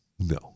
No